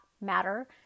matter